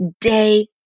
day